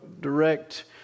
direct